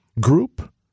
group